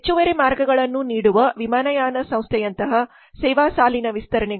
ಹೆಚ್ಚುವರಿ ಮಾರ್ಗಗಳನ್ನು ನೀಡುವ ವಿಮಾನಯಾನ ಸಂಸ್ಥೆಯಂತಹ ಸೇವಾ ಸಾಲಿನ ವಿಸ್ತರಣೆಗಳು